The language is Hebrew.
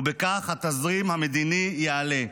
ובכך התזרים של המדינה יעלה.